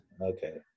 Okay